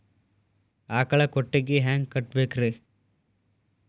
ಆಕಳ ಕೊಟ್ಟಿಗಿ ಹ್ಯಾಂಗ್ ಕಟ್ಟಬೇಕ್ರಿ?